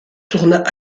tourna